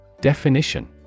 Definition